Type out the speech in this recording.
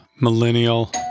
millennial